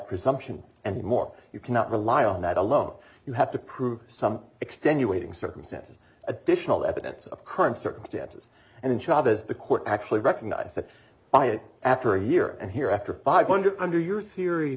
presumption and more you cannot rely on that alone you have to prove some extenuating circumstances additional evidence of current circumstances and in charge as the court actually recognise that ayat after a year and here after five hundred under your theory